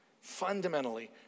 fundamentally